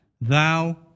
thou